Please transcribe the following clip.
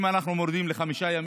אם אנחנו מורידים לחמישה ימים,